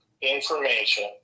information